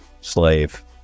Slave